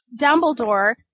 Dumbledore